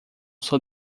sua